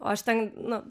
o aš ten nu